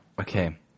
Okay